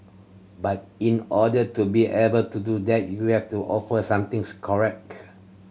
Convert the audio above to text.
but in order to be able to do that you have to offer something